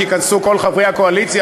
שייכנסו כל חברי הקואליציה.